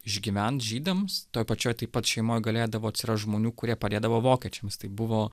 išgyvent žydams toj pačioj taip pat šeimoj galėdavo atsirast žmonių kurie padėdavo vokiečiams tai buvo